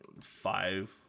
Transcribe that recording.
five